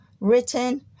written